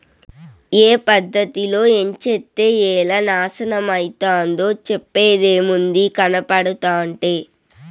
ఏ పద్ధతిలో ఏంచేత్తే ఎలా నాశనమైతందో చెప్పేదేముంది, కనబడుతంటే